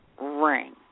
ring